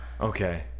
Okay